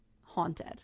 haunted